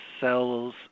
cells